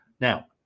Now